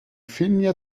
finja